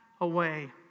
away